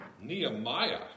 Nehemiah